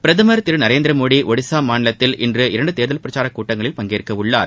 பிரதமர் திரு நரேந்திர மோடி ஒடிசா மாநிலத்தில் இன்று இரண்டு தேர்தல் பிரச்சாரக் கூட்டங்களில் பங்கேற்கவுள்ளார்